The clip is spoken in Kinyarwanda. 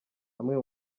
amwe